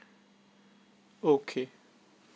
okay